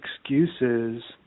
excuses